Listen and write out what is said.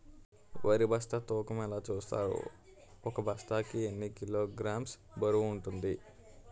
వరి బస్తా తూకం ఎలా చూస్తారు? ఒక బస్తా కి ఎన్ని కిలోగ్రామ్స్ బరువు వుంటుంది?